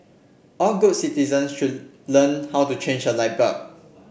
all good citizens should learn how to change a light bulb